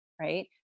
right